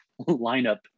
lineup